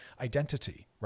identity